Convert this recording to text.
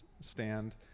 stand